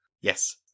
yes